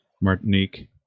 Martinique